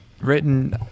written